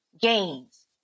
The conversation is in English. gains